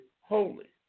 holy